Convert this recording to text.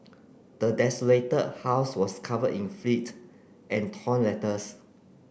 the desolated house was covered in and torn letters